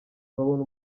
babona